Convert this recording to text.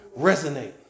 resonate